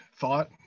thought